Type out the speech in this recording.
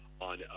on